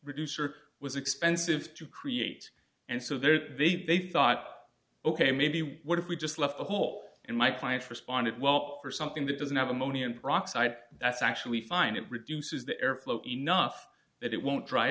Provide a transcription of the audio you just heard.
reduce or was expensive to create and so there they thought ok maybe what if we just left a hole in my client's responded well for something that doesn't have a money and rock side that's actually find it reduces the airflow enough that it won't dry